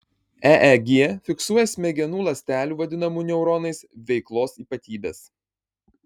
eeg fiksuoja smegenų ląstelių vadinamų neuronais veiklos ypatybes